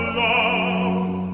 love